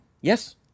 Yes